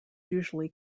usually